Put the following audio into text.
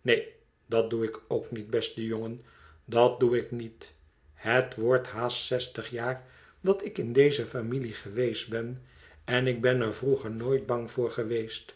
neen dat doe ik ook niet beste jongen dat doe ik niet het wordt haast zestig jaar dat ik in deze familie geweest ben en ik ben er vroeger nooit bang voor geweest